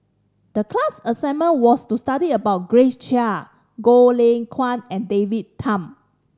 the class assignment was to study about Grace Chia Goh Lay Kuan and David Tham